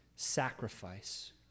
sacrifice